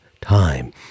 time